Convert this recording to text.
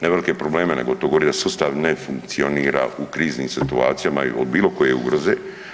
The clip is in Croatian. Ne velike probleme nego to govori da sustav ne funkcionira u kriznim situacijama il bilo koje ugroze.